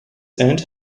end